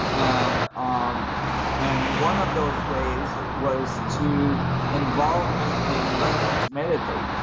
ah um and one of those ways was to involve me in learning to meditate.